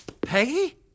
Peggy